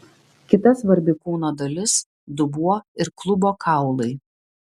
kita svarbi kūno dalis dubuo ir klubo kaulai